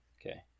Okay